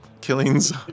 killings